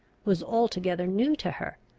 was altogether new to her,